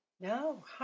No